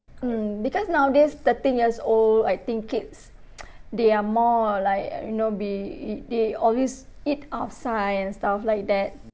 mm because nowadays thirteen years old I think kids they are more like uh you know be eat they always eat outside and stuff like that